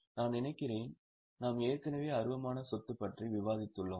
நான் நினைக்கிறேன் நாம் ஏற்கனவே அருவமான சொத்து பற்றி விவாதிதுள்ளோம்